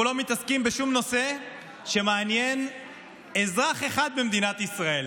אנחנו לא מתעסקים בשום נושא שמעניין אזרח אחד במדינת ישראל.